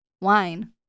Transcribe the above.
wine